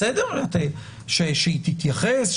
בסדר שהיא תתייחס,